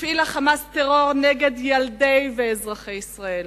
הפעיל ה"חמאס" טרור נגד ילדי ישראל ואזרחיה.